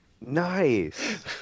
Nice